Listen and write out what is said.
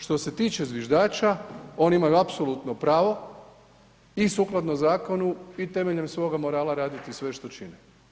Što se tiče zviždača, oni imaju apsolutno pravo i sukladno i zakonu i temeljem svoga morala raditi sve što čine.